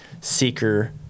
seeker